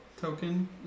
token